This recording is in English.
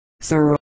sir